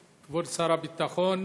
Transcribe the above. כבוד שר הביטחון,